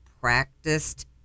practiced